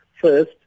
first